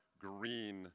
green